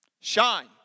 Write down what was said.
Shine